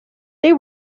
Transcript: they